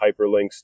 hyperlinks